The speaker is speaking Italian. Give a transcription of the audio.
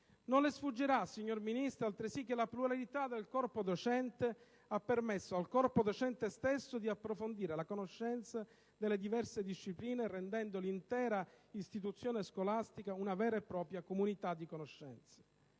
Non le sfuggirà altresì, signora Ministro, che la pluralità del corpo docente ha permesso al corpo docente stesso di approfondire la conoscenza delle diverse discipline, rendendo l'intera istituzione scolastica una vera e propria comunità di conoscenza.